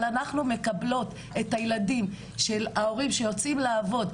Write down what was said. אבל אנחנו מקבלות את הילדים של ההורים שיוצאים לעבוד.